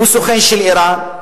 הוא סוכן של אירן,